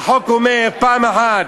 החוק אומר פעם אחת,